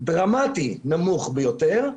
דרמטית נמוך ביותר.